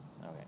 Okay